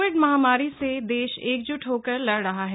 Covid महामारी से देश एकजुट होकर लड़ रहा है